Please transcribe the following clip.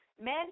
Men